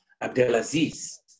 Abdelaziz